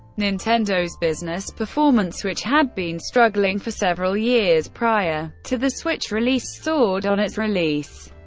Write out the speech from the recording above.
nintendo's business performance, which had been struggling for several years prior to the switch's release, soared on its release.